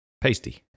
Pasty